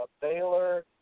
Baylor